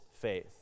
faith